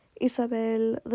Isabel